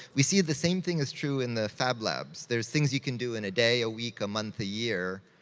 we see the same thing is true in the fab labs. there's things you can do in a day, a week, a month, a year.